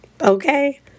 okay